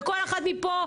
וכל אחת מפה,